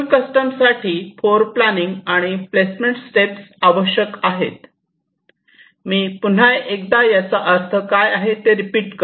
फुल custom साठी floor planning आणि placement steps आवश्यक आहेत मी पुन्हा एकदा याचा अर्थ काय आहे ते रिपीट करतो